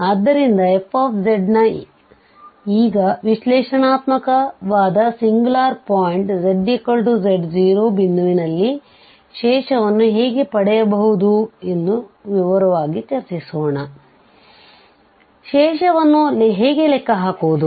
ಆದ್ದರಿಂದfನ ಈಗ ವಿಶ್ಲೇಷಣಾತ್ಮಕವಾದಸಿಂಗ್ಯುಲಾರ್ ಪಾಯಿಂಟ್ zz0ಬಿಂದುವಿನಲ್ಲಿ ಶೇಷವನ್ನು ಹೇಗೆ ಪಡೆಯುವುದು ಎಂದು ವಿವರವಾಗಿ ಚರ್ಚಿಸೋಣ ಹಾಗಾಗಿ ಶೇಷವನ್ನು ಹೇಗೆ ಲೆಕ್ಕ ಹಾಕುವುದು